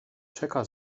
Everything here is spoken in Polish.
czeka